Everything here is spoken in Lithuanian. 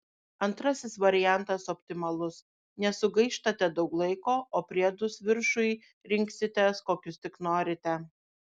antrasis variantas optimalus nesugaištate daug laiko o priedus viršui rinksitės kokius tik norite